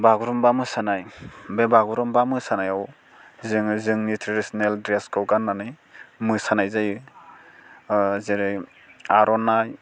बागुरुम्बा मोसानाय बे बागुरुम्बा मोसानायाव जोङो जोंनि ट्रेडिसिनेल ड्रेसखौ गान्नानै मोसानाय जायो जेरै आर'नाइ